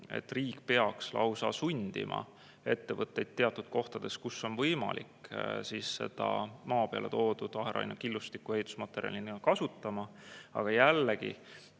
et riik peaks lausa sundima ettevõtteid teatud kohtades, kus on võimalik, seda maa peale toodud aherainekillustikku ehitusmaterjalina kasutama. Aga jällegi